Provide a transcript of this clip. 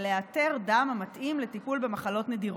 לאתר דם המתאים לטיפול במחלות נדירות,